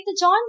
John